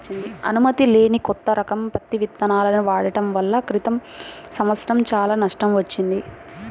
అనుమతి లేని కొత్త రకం పత్తి విత్తనాలను వాడటం వలన క్రితం సంవత్సరం చాలా నష్టం వచ్చింది